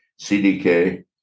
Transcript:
CDK